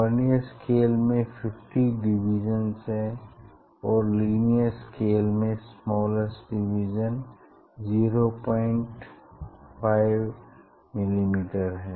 vernier scale में 50 divisions हैं और लीनियर स्केल में स्मॉलेस्ट डिवीज़न 05 mm है